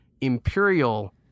imperial